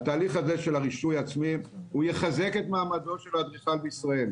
התהליך הזה של הרישוי העצמי יחזק את מעמדו של האדריכל בישראל.